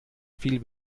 viel